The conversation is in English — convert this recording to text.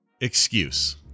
excuse